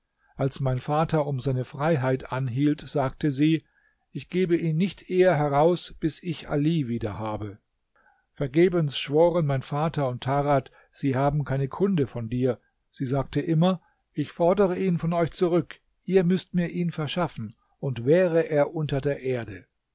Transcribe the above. als mein vater um seine freiheit anhielt sagte sie ich gebe ihn nicht eher heraus bis ich ali wieder habe vergebens schworen mein vater und tarad sie haben keine kunde von dir sie sagte immer ich fordere ihn von euch zurück ihr müßt mir ihn verschaffen und wär er unter der erde